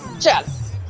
just